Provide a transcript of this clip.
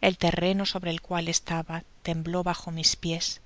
el terreno sobre el cual estaba tembló bajo mis piés